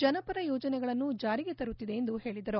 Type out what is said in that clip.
ಜನಪರ ಯೋಜನೆಗಳನ್ನು ಜಾರಿಗೆ ತರುತ್ತಿದೆ ಎಂದು ಅವರು ಹೇಳಿದರು